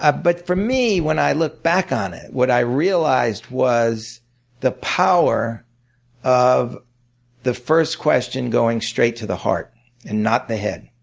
ah but for me, when i look back on it, what i realized was the power of the first question going straight to the heart and not the head.